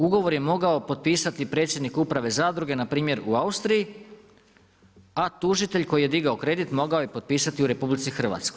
Ugovor je mogao potpisati predsjednik uprave zadruge, npr. u Austriji, a tužitelj koji je digao kredit, mogao je potpisati u RH.